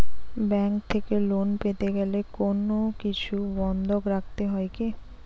Bank থেকে loan পেতে গেলে কোনো কিছু বন্ধক রাখতে হয় কি?